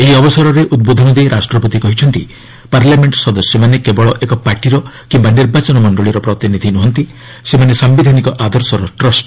ଏହି ଅବସରରେ ଉଦ୍ବୋଧନ ଦେଇ ରାଷ୍ଟ୍ରପତି କହିଛନ୍ତି ପାର୍ଲାମେଣ୍ଟ ସଦସ୍ୟମାନେ କେବଳ ଏକ ପାର୍ଟିର କିମ୍ବା ନିର୍ବାଚନ ମଣ୍ଡଳିର ପ୍ରତିନିଧି ନୁହନ୍ତି ସେମାନେ ସାୟିଧାନକ ଆଦର୍ଶର ଟ୍ରଷ୍ଟି